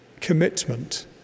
commitment